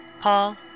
Paul